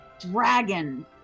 dragon